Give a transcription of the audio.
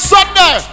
Sunday